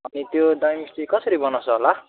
अनि त्यो दही मिस्टी कसरी बनाउँछ होला